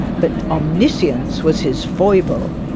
but omniscience was his foible.